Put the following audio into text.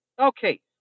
Okay